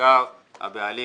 ונסגר הבעלים